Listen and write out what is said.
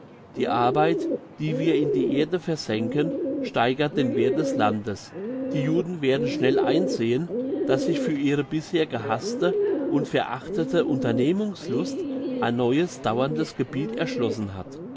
die arbeit die wir in die erde versenken steigert den werth des landes die juden werden schnell einsehen dass sich für ihre bisher gehasste und verachtete unternehmungslust ein neues dauerndes gebiet erschlossen hat